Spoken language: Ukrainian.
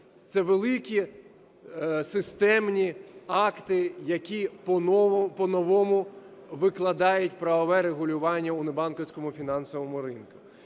Це великі системні акти, які по-новому викладають правове регулювання в небанківському фінансовому ринку.